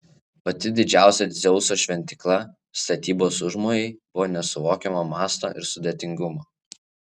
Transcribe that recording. pati didžiausia dzeuso šventykla statybos užmojai buvo nesuvokiamo masto ir sudėtingumo